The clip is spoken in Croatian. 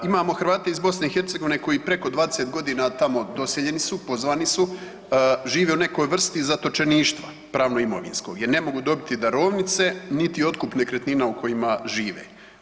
Imamo Hrvate iz BiH koji preko 20 godina tamo doseljeni su, pozvani su, žive u nekoj vrsti zatočeništva pravno-imovinsko jer ne mogu dobiti darovnice, niti otkup nekretnina u kojima žive.